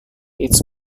its